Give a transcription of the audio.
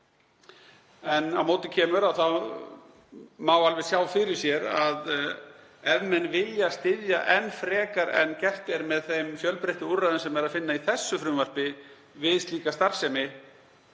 en á móti kemur að það má alveg sjá fyrir sér að ef menn vilja styðja enn frekar en gert er með þeim fjölbreyttu úrræðum sem er að finna í þessu frumvarpi við slíka starfsemi,